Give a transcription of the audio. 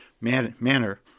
manner